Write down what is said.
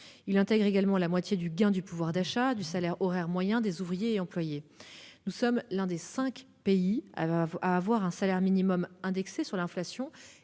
Elle intègre également la moitié du gain de pouvoir d'achat du salaire horaire moyen des ouvriers et employés. Nous sommes ainsi l'un des cinq pays dont le salaire minimum est indexé sur l'inflation